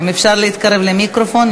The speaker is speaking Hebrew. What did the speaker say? אם אפשר להתקרב למיקרופון.